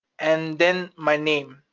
and then my name,